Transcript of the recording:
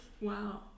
Wow